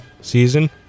season